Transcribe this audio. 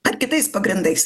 ar kitais pagrindais